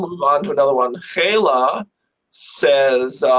move on to another one. kayla says,